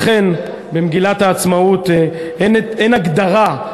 אכן, במגילת העצמאות אין הגדרה.